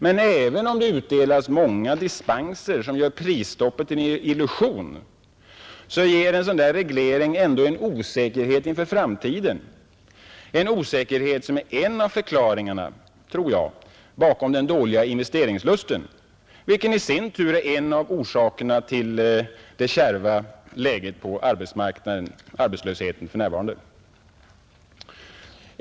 Men även om det utdelas många dispenser, som gör prisstoppet till en illusion, ger regleringen en osäkerhet inför framtiden — en osäkerhet som jag tror är en av förklaringarna bakom den dåliga investeringslusten, vilken i sin tur är en av orsakerna till arbetslösheten.